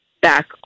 back